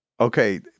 okay